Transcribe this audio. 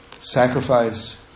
sacrifice